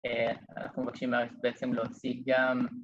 אנחנו מבקשים בעצם להוציא גם